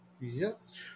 Yes